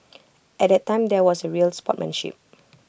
at that time there was A real sportsmanship